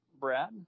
Brad